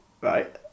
Right